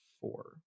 four